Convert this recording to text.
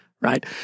Right